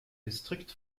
distrikt